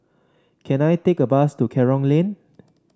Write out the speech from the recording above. can I take a bus to Kerong Lane